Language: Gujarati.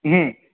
હમ